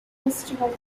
festival